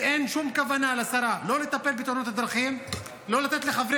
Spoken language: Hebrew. ולשרה אין שום כוונה לטפל בתאונות הדרכים או לתת לחברי